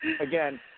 Again